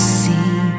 see